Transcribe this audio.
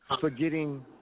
forgetting